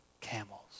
camels